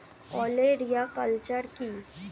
ওলেরিয়া কালচার কি?